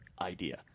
idea